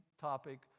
topic